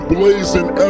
Blazing